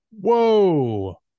whoa